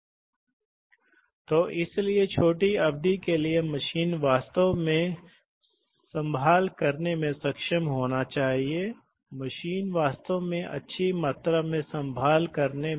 एक महत्वपूर्ण मूल्य से परे यह Pd Pu अनुपात वास्तव में यह एक महत्वपूर्ण मान से कम होना चाहिए इससे अधिक नहीं यह इससे अधिक गलत है इसलिए यह पता चला है